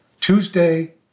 Tuesday